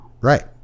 Right